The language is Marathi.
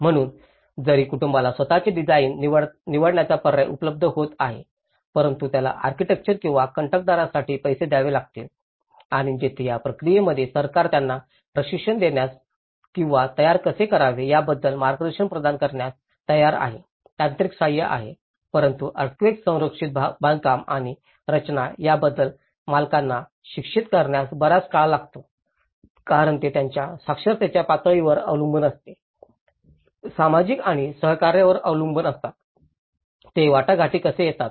म्हणून जरी कुटुंबाला स्वत चे डिझाइन निवडण्याचा पर्याय उपलब्ध होत आहे परंतु त्याला आर्किटेक्ट किंवा कंत्राटदारासाठी पैसे द्यावे लागतील आणि येथे या प्रक्रियेमध्ये सरकार त्यांना प्रशिक्षण देण्यास किंवा तयार कसे करावे याबद्दल मार्गदर्शन प्रदान करण्यास तयार आहे तांत्रिक सहाय्य आहे परंतु अर्थक्वेक संरक्षित बांधकाम आणि रचना याबद्दल मालकांना शिक्षित करण्यास बराच काळ लागतो कारण ते त्यांच्या साक्षरतेच्या पातळीवर अवलंबून असते सामाजिक आणि सहकार्यावर अवलंबून असतात ते वाटाघाटीत कसे येतात